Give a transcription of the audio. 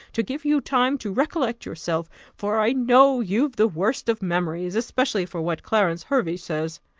to give you time to recollect yourself for i know you've the worst of memories, especially for what clarence hervey says.